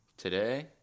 today